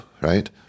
right